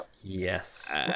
Yes